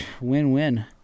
win-win